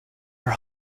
are